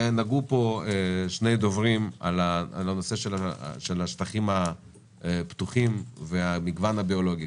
שני דוברים נגעו פה בנושא השטחים הפתוחים והמגוון הביולוגי.